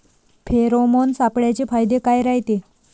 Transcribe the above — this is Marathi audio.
फेरोमोन सापळ्याचे फायदे काय रायते?